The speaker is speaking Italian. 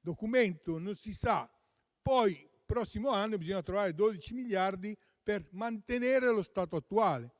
Documento non si dice, ma il prossimo anno bisogna trovare 12 miliardi per mantenere lo stato attuale.